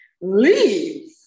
Leave